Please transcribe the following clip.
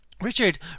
Richard